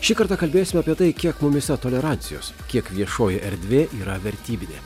šį kartą kalbėsim apie tai kiek mumyse tolerancijos kiek viešoji erdvė yra vertybinė